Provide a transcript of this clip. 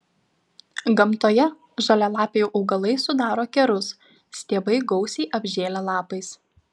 gamtoje žalialapiai augalai sudaro kerus stiebai gausiai apžėlę lapais